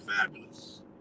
fabulous